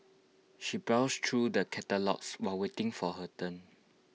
she browsed through the catalogues while waiting for her turn